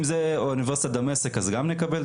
אם זה אונ' דמשק, אז גם נקבל?